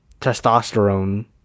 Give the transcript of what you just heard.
testosterone